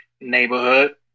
neighborhood